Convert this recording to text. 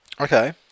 Okay